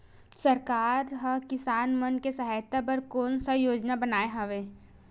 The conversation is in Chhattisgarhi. सरकार हा किसान मन के सहायता बर कोन सा योजना बनाए हवाये?